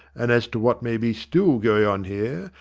and as to what may be still going on here,